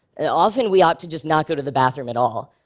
and often we opt to just not go to the bathroom at all.